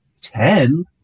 ten